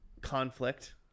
conflict